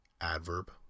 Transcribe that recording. adverb